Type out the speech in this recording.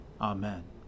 Amen